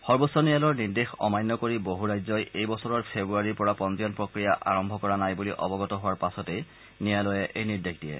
সৰ্বোচ্চ ন্যায়ালয়ৰ নিৰ্দেশ অমান্য কৰি বহু ৰাজ্যই এই বছৰৰ ফেব্ৰুৱাৰী মাহৰ পৰা পঞ্জীয়ন প্ৰক্ৰিয়া আৰম্ভ কৰা নাই বুলি অৱগত হোৱাৰ পাছতেই উচ্চতম ন্যায়ালয়ে এই নিৰ্দেশ দিয়ে